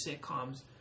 sitcoms